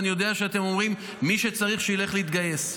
ואני יודע שאתם אומרים שמי שצריך שילך להתגייס.